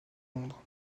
londres